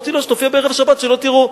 אמרתי: לא, שתופיע בערב שבת, שלא תראו.